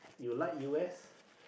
you like u_s